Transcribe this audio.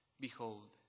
Behold